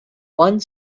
one